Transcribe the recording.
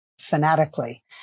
fanatically